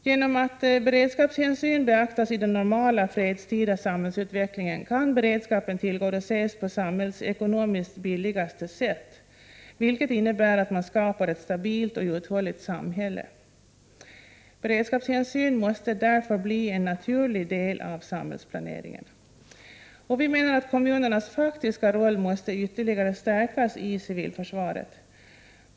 Genom att beredskapshänsyn beaktas i den normala, fredstida samhällsutvecklingen kan beredskapen tillgodoses på samhällsekonomiskt billigaste sätt, vilket innebär att man skapar ett stabilt och uthålligt samhälle. Beredskapshänsyn måste därför bli en naturlig del av samhällplaneringen. Kommunernas faktiska roll måste ytterligare stärkas i civilförsvaret.